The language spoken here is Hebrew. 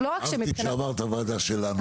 אהבתי כשאמרת "הוועדה שלנו".